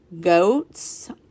goats